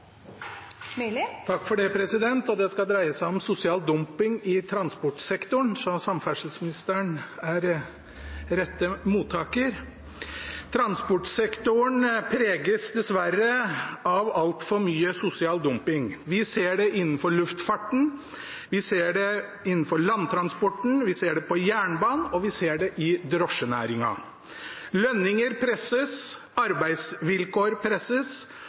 Det skal dreie seg om sosial dumping i transportsektoren, så samferdselsministeren er rette mottaker. Transportsektoren preges dessverre av altfor mye sosial dumping. Vi ser det innenfor luftfarten, vi ser det innenfor landtransporten, vi ser det på jernbanen, og vi ser det i drosjenæringen. Lønninger presses, arbeidsvilkår presses,